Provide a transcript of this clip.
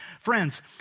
Friends